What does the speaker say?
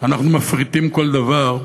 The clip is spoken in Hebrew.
אנחנו מפריטים כל דבר,